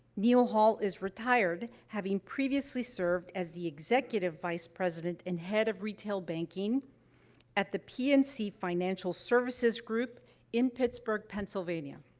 neil hall is retired, having previously served as the executive vice president and head of retail banking at the pnc financial services group in pittsburgh, pennsylvania.